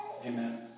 amen